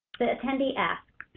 the attendee asks,